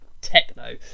techno